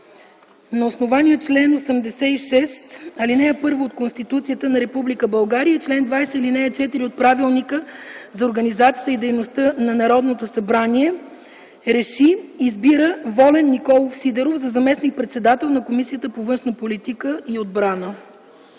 на основание чл. 86, ал. 1 от Конституцията на Република България и чл. 20, ал. 4 от Правилника за организацията и дейността на Народното събрание, Р Е Ш И: Избира Волен Николов Сидеров за заместник-председател на Комисията по външна политика и отбрана”.